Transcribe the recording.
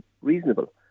reasonable